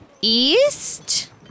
east